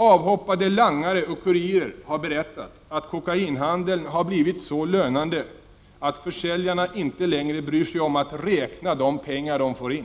Avhoppade langare och kurirer har berättat att kokainhandeln har blivit så lönande att försäljarna inte längre bryr sig om att räkna de pengar de får in.